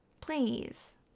please